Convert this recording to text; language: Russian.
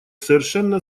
совершенно